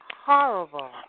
Horrible